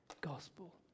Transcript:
gospel